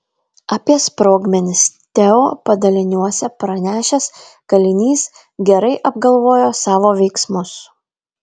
apie sprogmenis teo padaliniuose pranešęs kalinys gerai apgalvojo savo veiksmus